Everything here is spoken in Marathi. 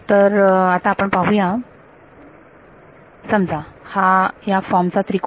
तर आता आपण पाहू या समजा हा या फॉर्मचा त्रिकोण